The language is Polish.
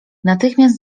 natychmiast